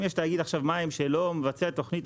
אם יש עכשיו תאגיד מים שלא מבצע את תוכנית